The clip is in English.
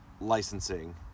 licensing